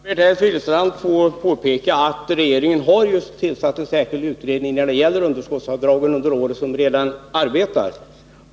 Herr talman! Jag vill för Bengt Silfverstrand påpeka att regeringen har tillsatt en särskild utredning om underskottsavdragen som redan arbetar.